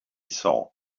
saw